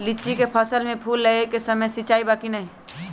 लीची के फसल में फूल लगे के समय सिंचाई बा कि नही?